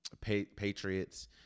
Patriots